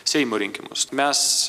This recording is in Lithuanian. seimo rinkimus mes